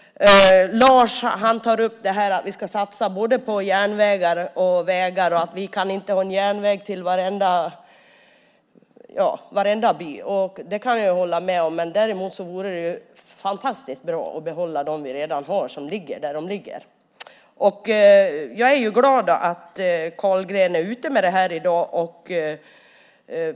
Lars tar upp att vi ska satsa både på järnvägar och vägar och att vi inte kan ha en järnväg till varenda by. Det kan jag hålla med om, men det vore fantastiskt bra att behålla dem vi har. Jag är glad att Carlgren jobbar med det här i dag.